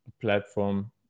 platform